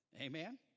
amen